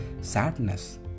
sadness